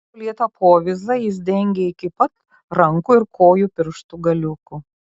mano kaulėtą povyzą jis dengė iki pat rankų ir kojų pirštų galiukų